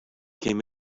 came